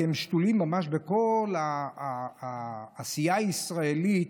כי הם שתולים ממש בכל העשייה הישראלית,